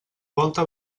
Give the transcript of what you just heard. volta